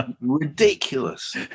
Ridiculous